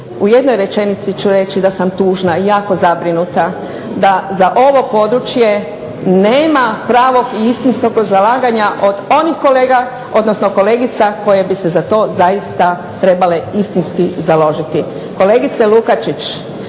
U jednoj rečenici ću reći da sam tužna i jako zabrinuta da za ovo područje nema pravog i istinskog zalaganja od onih kolega, odnosno kolegica koje bi se za to zaista trebale istinski založiti. Kolegice Lukačić,